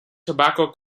tobacco